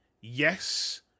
yes